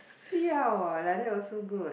siao ah like that also good